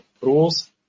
rules